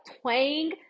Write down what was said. twang